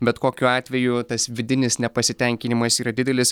bet kokiu atveju tas vidinis nepasitenkinimas yra didelis